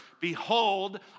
behold